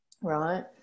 right